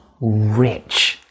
rich